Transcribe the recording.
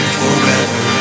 forever